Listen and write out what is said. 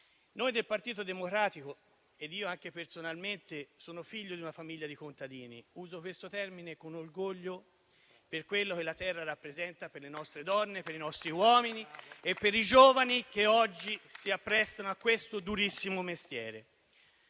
del nostro territorio. Personalmente, sono figlio di una famiglia di contadini e uso questo termine con orgoglio per quello che la terra rappresenta per le nostre donne, per i nostri uomini e per i giovani che oggi si apprestano a questo durissimo mestiere;